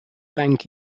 bank